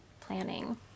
planning